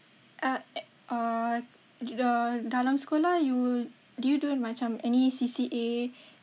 eh uh the dalam sekolah you do you do macam any C_C_A